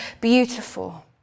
beautiful